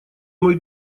мой